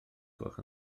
gwelwch